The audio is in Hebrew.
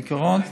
בעיקרון,